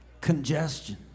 congestion